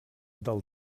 del